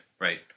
Right